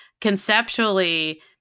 conceptually